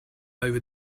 over